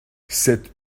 cette